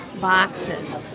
boxes